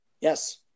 Yes